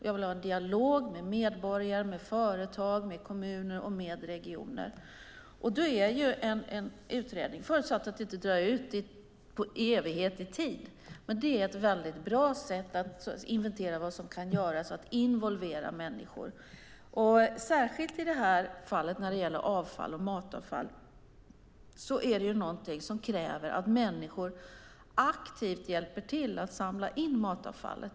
Jag vill ha en dialog med medborgare, företag, kommuner och regioner. En utredning - förutsatt att den inte drar ut i evighet i tid - är ett bra sätt att inventera vad som kan göras och involvera människor. I fallet med avfall och matavfall krävs att människor aktivt hjälper till att samla in matavfallet.